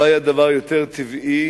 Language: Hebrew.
לא היה דבר יותר טבעי